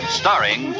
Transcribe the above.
starring